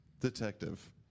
Detective